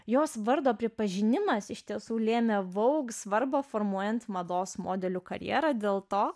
jos vardo pripažinimas iš tiesų lėmė vogue svarbą formuojant mados modelių karjerą dėl to